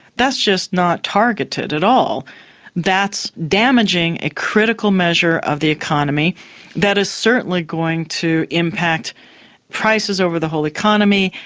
that's just not targeted at all that's damaging a critical measure of the economy that is certainly going to impact prices over the whole economy,